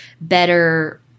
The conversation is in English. better